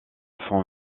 font